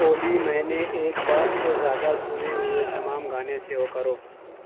اولی میں نے ایک بار سے زیادہ سنے ہوئے تمام گانے سیو کرو